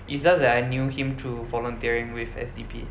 it's just that I knew him through volunteering with S_D_P